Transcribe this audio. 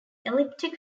elliptic